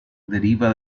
deriva